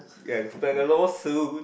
ya expect a law suit